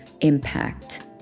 impact